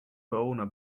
boner